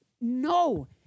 No